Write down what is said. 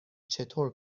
چطور